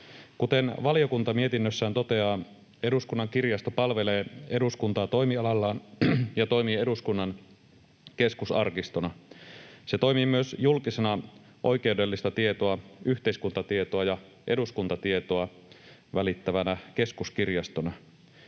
Kuten valiokunta mietinnössään toteaa, Eduskunnan kirjasto palvelee eduskuntaa toimialallaan ja toimii eduskunnan keskusarkistona. Se toimii myös julkisena oikeudellista tietoa, yhteiskuntatietoa ja eduskuntatietoa välittävänä keskuskirjastona.